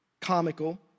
comical